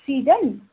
season